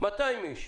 של 200 איש,